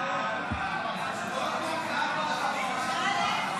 ההצעה להעביר את הצעת חוק להפסקת פעילות